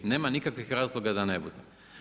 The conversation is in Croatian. Nemam nikakvih razloga da ne bude.